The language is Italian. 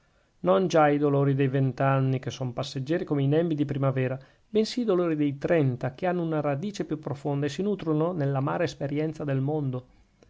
non già i dolori dei vent'anni che son passeggeri come i nembi di primavera bensì i dolori dei trenta che hanno una radice più profonda e si nutrono nell'amara esperienza del mondo